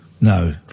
No